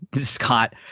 Scott